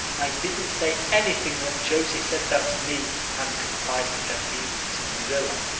i didn't say anything when josie said that to me, anne confided that evening to marilla,